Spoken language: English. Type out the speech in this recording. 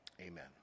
Amen